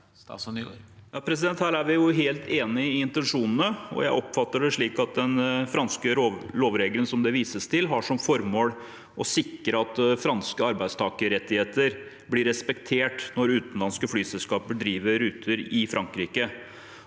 Nygård Her er vi helt enige i intensjonene, og jeg oppfatter det slik at den franske lovregelen som det vises til, har som formål å sikre at franske arbeidstakerrettigheter blir respektert når utenlandske flyselskaper driver ruter i Frankrike.